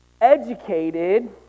educated